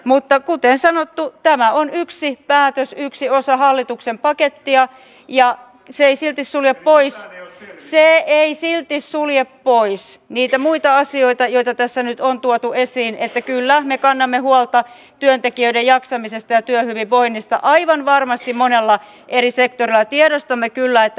mutta kuten sanottu tämä on yksi päätös yksi osa hallituksen pakettia ja se ei silti sulje pois se ei ei siinä ei sulje pois niitä muita asioita joita tässä nyt on tuotu esiin että kyllä me kannamme huoltaa työntekijöiden jaksamisesta työhyvinvoinnista aivan varmasti monella eri sektorilla tiedostamme kyllä että